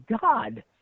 God